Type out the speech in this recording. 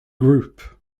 group